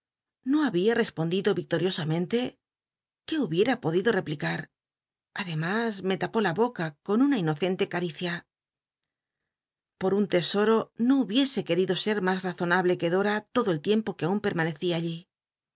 i'io babia respondido ictoriosamenlc qué hubiera podido replicar ademas me tapó la boca on una inocente caricia por un tesoro no hubiese c uel ido ser mas aazonable que dora todo el tiempo que aun permanecí allí